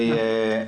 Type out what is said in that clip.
זהר.